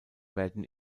werden